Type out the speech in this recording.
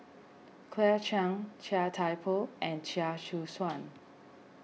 Claire Chiang Chia Thye Poh and Chia Choo Suan